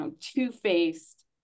two-faced